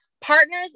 partners